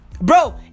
Bro